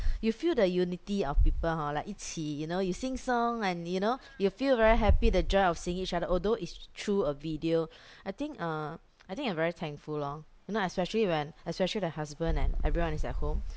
you feel the unity of people hor like 一起 you know you sing song and you know you feel very happy the joy of seeing each other although it's through a video I think uh I think I'm very thankful lor you know especially when especially the husband and everyone is at home